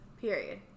period